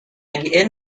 اگه